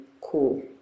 cool